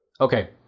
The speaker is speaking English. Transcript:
okay